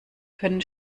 können